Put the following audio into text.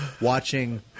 watching